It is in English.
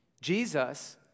Jesus